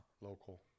local